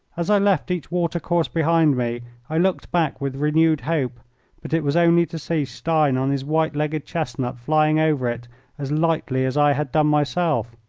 as i left each water-course behind me i looked back with renewed hope but it was only to see stein on his white-legged chestnut flying over it as lightly as i had done myself.